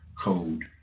code